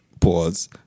pause